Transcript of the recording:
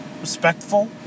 respectful